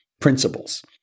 principles